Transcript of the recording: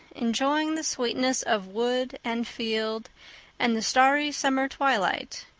enjoying the sweetness of wood and field and the starry summer twilight,